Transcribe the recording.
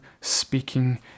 Speaking